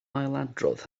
ailadrodd